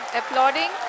applauding